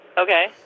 Okay